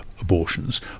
abortions